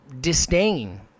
disdain